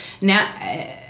now